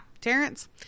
Terrence